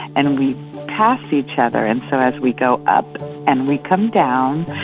and we pass each other. and so as we go up and we come down,